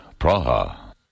Praha